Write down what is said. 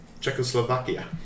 Czechoslovakia